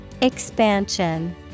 Expansion